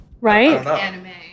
Right